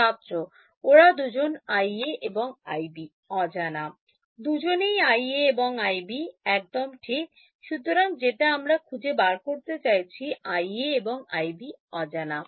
ছাত্র ওরা দুজন IA এবং IB অজানা দুজনেই IA এবং IB একদম ঠিক সুতরাং যেটা আমরা খুঁজে বার করতে চাইছি IA এবং IB অজানা